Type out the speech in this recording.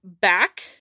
back